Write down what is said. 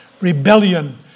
rebellion